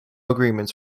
agreements